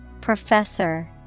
Professor